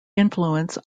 influence